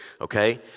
okay